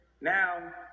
now